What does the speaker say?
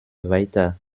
weiter